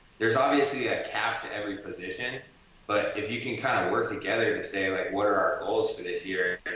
there's obviously a cap to every position but if you can kind of work together to say, like what are our goals for this year?